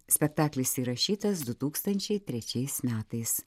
spektaklis įrašytas du tūkstančiai trečiais metais